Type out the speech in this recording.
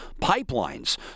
pipelines